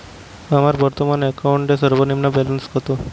আমার বর্তমান অ্যাকাউন্টের সর্বনিম্ন ব্যালেন্স কত?